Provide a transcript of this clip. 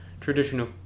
traditional